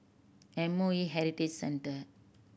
M O E Heritage Centre